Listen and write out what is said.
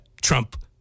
Trump